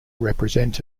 represent